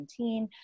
2017